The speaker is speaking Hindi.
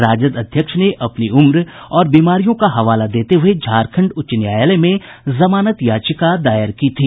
राजद अध्यक्ष ने अपनी उम्र और बीमारियों का हवाला देते हुए झारखंड उच्च न्यायालय में जमानत याचिका दायर की थी